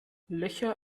löcher